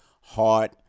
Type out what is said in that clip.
heart